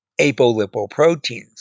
apolipoproteins